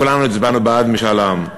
כולנו הצבענו בעד משאל עם.